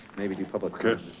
maybe do public